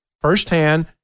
firsthand